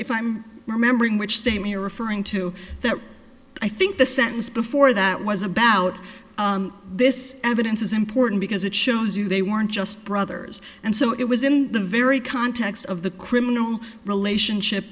if i'm remembering which state you're referring to that i think the sentence before that was about this evidence is important because it shows you they weren't just brothers and so it was in the very context of the criminal relationship